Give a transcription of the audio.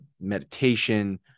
meditation